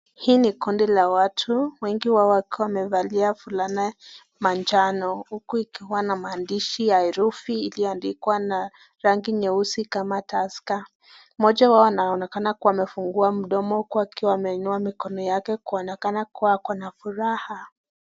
Hii ni kundi la watu wengi wao wakiwa wamevalia fulana manjano uku ikiwa na maandishi ya herufi ilioandikwa na rangi nyeusi kama Tusker. Mmoja wao anaonekana kuwa amefungua mdomo uku ameinua mikono yake kuonekana kuwa akona furaha.